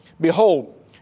Behold